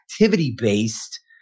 activity-based